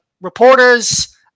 reporters